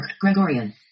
Gregorian